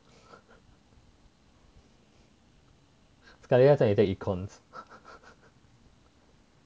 他叫你 take econs